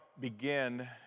begin